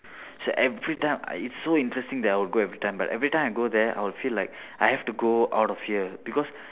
so everytime I it's so interesting that I will go everytime but everytime I go there I will feel like I have to go out of here because